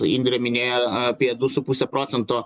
indrė minėjo apie du su puse procento